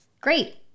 Great